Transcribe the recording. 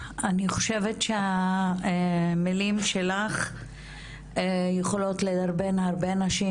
אני חושבת שהמילים שלך יכולות לדרבן הרבה נשים,